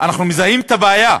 אנחנו מזהים את הבעיה,